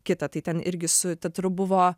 kitą tai ten irgi su teatru buvo